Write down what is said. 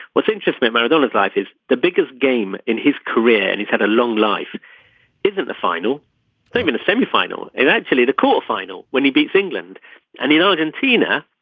what's interesting in mandela's life is the biggest game in his career and he's had a long life isn't the final game in the semi-final and actually the quarterfinal when he beats england and in argentina.